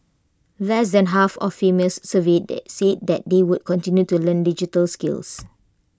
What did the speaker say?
less than half of females surveyed said they would continue to learn digital skills